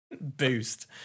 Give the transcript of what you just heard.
boost